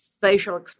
facial